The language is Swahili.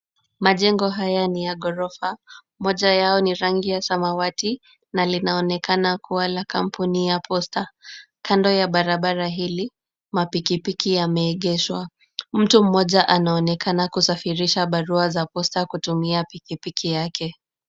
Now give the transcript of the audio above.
Majengo haya ni ya ghorofa, moja yao ni rangi ya samawati na linaonekana kuwa la kampuni ya Posta. Kando ya barabara hili, mapikipiki yameegeshwa. Mtu mmoja anaonekana kusafirisha barua za Posta kutumia pikipiki yake.